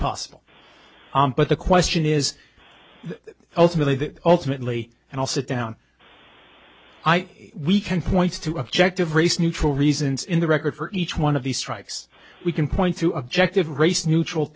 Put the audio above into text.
possible but the question is ultimately that ultimately and i'll sit down i think we can points to objective race neutral reasons in the record for each one of these strikes we can point to objective race neutral